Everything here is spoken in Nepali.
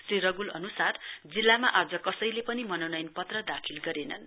श्री रगुल अनुसार जिल्लामा आज कसैले पनि मनोनयन पत्र दाखिल गरेनन्